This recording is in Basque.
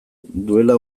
duela